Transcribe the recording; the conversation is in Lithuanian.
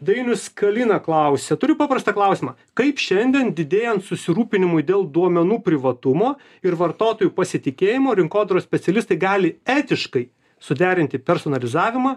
dainius kalina klausia turiu paprastą klausimą kaip šiandien didėjant susirūpinimui dėl duomenų privatumo ir vartotojų pasitikėjimo rinkodaros specialistai gali etiškai suderinti personalizavimą